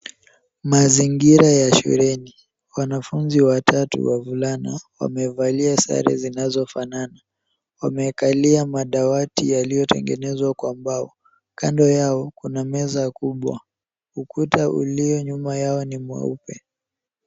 Mazingira ya shuleni, wanafunzi watatu wavulana wamevalia sare zinazofanana, wamekalia madawati yaliyotengenezwa kwa mbao. Kando yao kuna meza kubwa, ukuta ulio nyuma yao ni mweupe.